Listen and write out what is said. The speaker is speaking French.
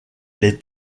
les